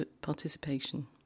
participation